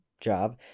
job